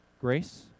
grace